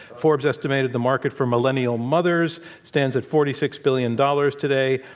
forbes estimated the market for millennial mothers stands at forty six billion dollars today.